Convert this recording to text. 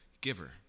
giver